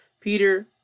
Peter